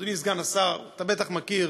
אדוני סגן השר, אתה בטח מכיר.